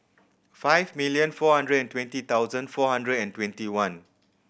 five million four hundred and twenty thousand four hundred and twenty one